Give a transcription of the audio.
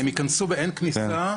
הם ייכנסו ב"אין כניסה"